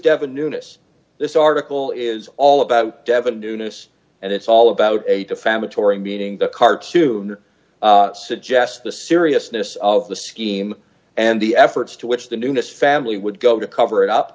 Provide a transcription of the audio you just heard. devon newness this article is all about devon newness and it's all about eight a family touring meaning the cartoon or suggests the seriousness of the scheme and the efforts to which the newness family would go to cover it